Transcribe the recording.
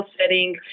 setting